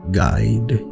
guide